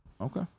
Okay